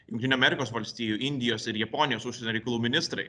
jungtinių amerikos valstijų indijos ir japonijos užsienio reikalų ministrai